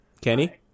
Kenny